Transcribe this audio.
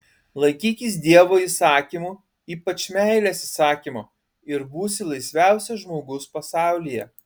laikykis dievo įsakymų ypač meilės įsakymo ir būsi laisviausias žmogus pasaulyje